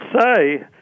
say